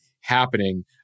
happening